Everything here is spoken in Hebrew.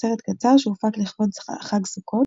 סרט קצר שהופק לכבוד חג סוכות,